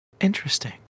Interesting